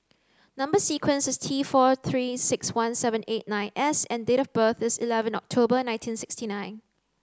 number sequence is T four three six one seven eight nine S and date of birth is eleven October nineteen sixty nine